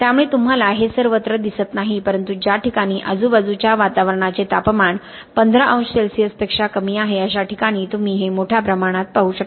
त्यामुळे तुम्हाला हे सर्वत्र दिसत नाही परंतु ज्या ठिकाणी आजूबाजूच्या वातावरणाचे तापमान 15 अंश सेल्सिअसपेक्षा कमी आहे अश्या ठिकाणी तुम्ही हे मोठ्या प्रमाणात पाहू शकता